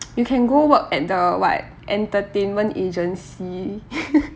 you can go work at the what entertainment agency